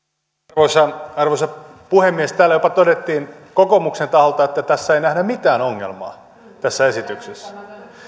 arvoisa arvoisa puhemies täällä jopa todettiin kokoomuksen taholta että tässä esityksessä ei nähdä mitään ongelmaa